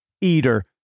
eater